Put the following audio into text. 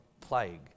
plague